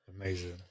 Amazing